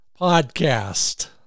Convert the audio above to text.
Podcast